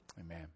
Amen